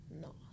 no